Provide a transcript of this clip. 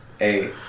Eight